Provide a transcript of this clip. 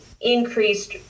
increased